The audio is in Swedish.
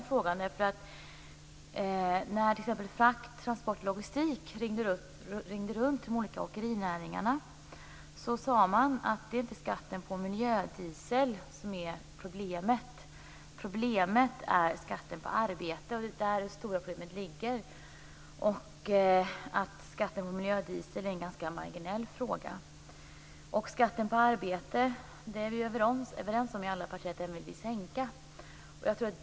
När man från Frakt, transport och logistik ringde runt till de olika åkerinäringarna fick man svaret att det inte är skatten på miljödiesel som är problemet, utan att det stora problemet är skatten på arbete. Skatten på miljödiesel ses då som en ganska marginell fråga. Vi är i alla partier överens om att vi vill sänka skatten på arbete.